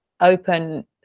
open